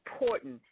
important